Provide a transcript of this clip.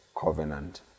covenant